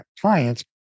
clients